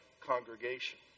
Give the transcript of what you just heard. congregation